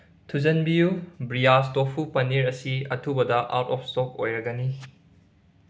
ꯊꯨꯖꯤꯟꯕꯤꯌꯨ ꯕ꯭ꯔꯤꯌꯥꯁ ꯇꯣꯐꯨ ꯄꯅꯤꯔ ꯑꯁꯤ ꯑꯊꯨꯕꯗ ꯑꯥꯎꯠ ꯑꯣꯐ ꯁ꯭ꯇꯣꯛ ꯑꯣꯏꯔꯒꯅꯤ